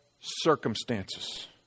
circumstances